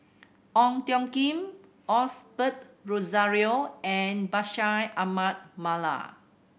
Ong Tiong Khiam Osbert Rozario and Bashir Ahmad Mallal